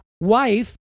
wife